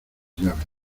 llaves